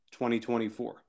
2024